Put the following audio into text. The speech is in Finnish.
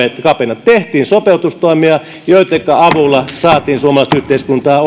kapenivat tehtiin sopeutustoimia joittenka avulla saatiin suomalaista yhteiskuntaa